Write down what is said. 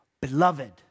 Beloved